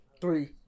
three